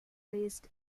raised